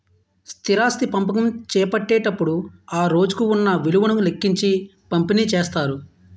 స్థిరాస్తి పంపకం చేపట్టేటప్పుడు ఆ రోజుకు ఉన్న విలువను లెక్కించి పంపిణీ చేస్తారు